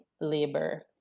labor